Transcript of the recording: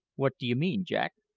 what do you mean, jack?